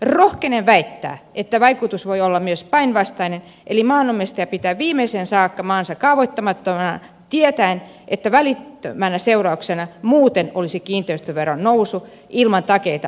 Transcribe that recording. rohkenen väittää että vaikutus voi olla myös päinvastainen eli maanomistaja pitää viimeiseen saakka maansa kaavoittamattomana tie täen että välittömänä seurauksena muuten olisi kiinteistöveron nousu ilman takeita vastaavista tuloista